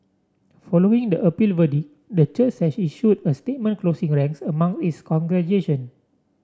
following the appeal verdict the church has issued a statement closing ranks among its congregation